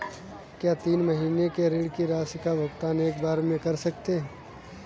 क्या तीन महीने के ऋण की राशि का भुगतान एक बार में कर सकते हैं?